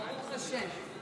ברוך השם.